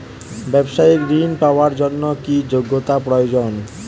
ব্যবসায়িক ঋণ পাওয়ার জন্যে কি যোগ্যতা প্রয়োজন?